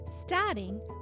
starting